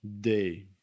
day